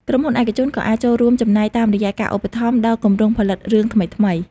ក្រុមហ៊ុនឯកជនក៏អាចចូលរួមចំណែកតាមរយៈការឧបត្ថម្ភដល់គម្រោងផលិតរឿងថ្មីៗ។